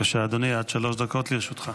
בבקשה, אדוני, עד שלוש דקות לרשותך.